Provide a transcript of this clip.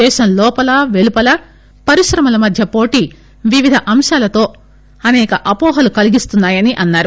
దేశంలోపల వెలుపలా పరిశ్రమల మధ్య పోటీ వివిధ అంశాలతో అసేక అపోహలు కలిగిస్తున్నాయని అన్నారు